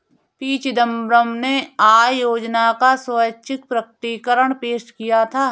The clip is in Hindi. पी चिदंबरम ने आय योजना का स्वैच्छिक प्रकटीकरण पेश किया था